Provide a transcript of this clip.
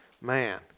man